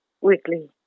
weekly